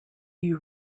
you